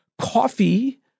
coffee